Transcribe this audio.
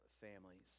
families